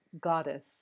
goddess